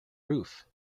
roof